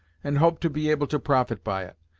and hope to be able to profit by it.